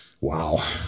Wow